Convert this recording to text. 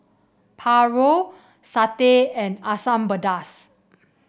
paru satay and Asam Pedas